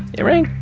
it rang.